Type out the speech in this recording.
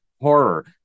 horror